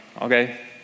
okay